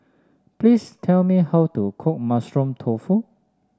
please tell me how to cook Mushroom Tofu